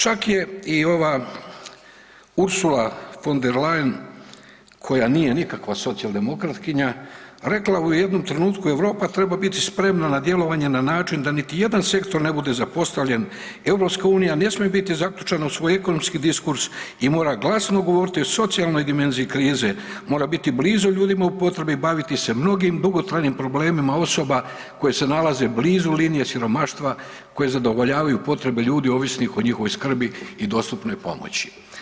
Čak je i ova Ursula von der Leyen, koja nije nikakva socijaldemokratkinja, rekla u jednom trenutku Europa treba biti spremna na djelovanje na način da niti jedan sektor ne bude zapostavljen, EU ne smije biti zaključana u svoj ekonomski diskurs i mora glasno govoriti o socijalnoj dimenziji krize, mora biti blizu ljudima u potrebi i baviti se mnogim dugotrajnim problemima osoba koje se nalaze blizu linije siromaštva koje zadovoljavaju potrebe ljudi ovisnih o njihovoj skrbi i dostupnoj pomoći.